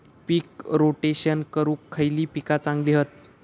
पीक rotation करूक खयली पीका चांगली हत?